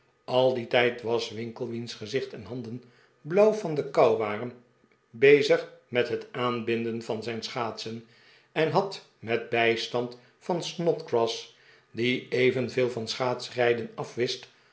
al dien tijd was winkle wiehs gezicht en handen blauw van de kou waren bezig met het aanbinden van zijn schaatsen en had met bij stand van snodgrass die evenveel van schaatsenrijden afwist